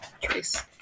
trace